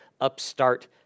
upstart